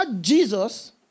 Jesus